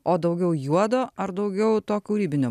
o daugiau juodo ar daugiau to kūrybinio